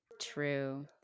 true